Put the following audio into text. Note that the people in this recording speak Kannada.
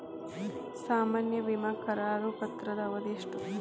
ಸಾಮಾನ್ಯ ವಿಮಾ ಕರಾರು ಪತ್ರದ ಅವಧಿ ಎಷ್ಟ?